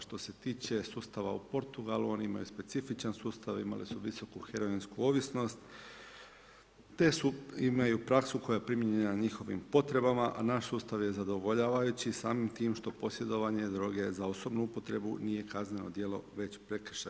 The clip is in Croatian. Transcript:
Što se tiče sustava u Portugalu, oni imaju specifičan sustav, imali su visoku heroinsku ovisnost te imaju praksu koja je primjerenija njihovim potrebama a naš sustav je zadovoljavajući samim time što posjedovanje droge za osobnu upotrebu nije kazneno djelo već prekršaj.